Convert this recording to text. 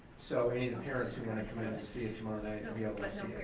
so any the parents who want to come in and see it tomorrow night um you know